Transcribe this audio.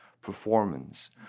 performance